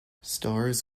stars